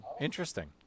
interesting